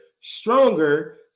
stronger